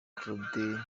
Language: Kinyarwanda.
claude